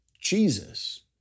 Jesus